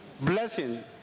blessing